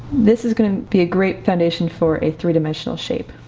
this is going to be a great foundation for a three dimensional shape.